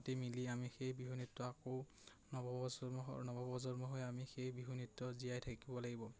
মাতি মিলি আমি সেই বিহু নৃত্য আকৌ নৱপ্ৰজন্ম নৱপ্ৰজন্ম হৈ আমি সেই বিহু নৃত্য জীয়াই থাকিব লাগিব